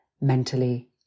mentally